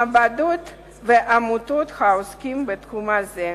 מעבדות ועמותות העוסקים בתחום הזה.